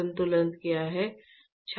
संतुलन क्या है